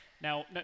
Now